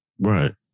Right